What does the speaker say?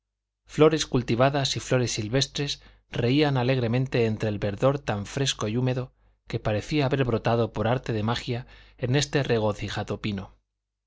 flores cultivadas y flores silvestres reían alegremente entre el verdor tan fresco y húmedo que parecía haber brotado por arte de magia en este regocijado pino